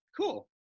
cool